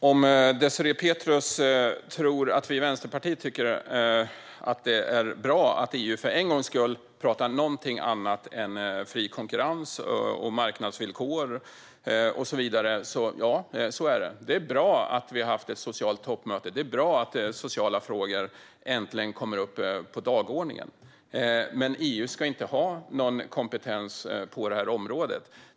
Herr talman! Om Désirée Pethrus tror att vi i Vänsterpartiet tycker att det är bra att EU för en gångs skull pratar om någonting annat än fri konkurrens, marknadsvillkor och så vidare kan jag svara att ja, så är det. Det är bra att vi har haft ett socialt toppmöte. Det är bra att sociala frågor äntligen kommer upp på dagordningen. Men EU ska inte ha någon kompetens på det här området.